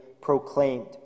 proclaimed